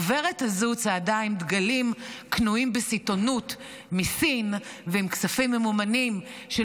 הגברת הזו צעדה עם דגלים קנויים בסיטונות מסין ועם כספים ממומנים של